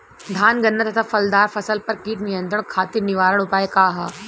धान गन्ना तथा फलदार फसल पर कीट नियंत्रण खातीर निवारण उपाय का ह?